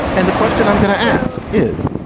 and the question i'm going to ask is,